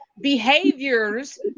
behaviors